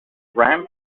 ram